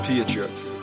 Patriots